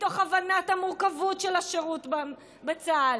מתוך הבנת המורכבות של השירות בצה"ל,